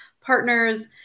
partners